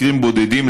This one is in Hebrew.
מקרים בודדים,